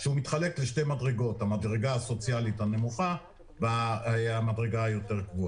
והוא מתחלק לשתי מדרגות: המדרגה הסוציאלית הנמוכה והמדרגה הגבוהה יותר.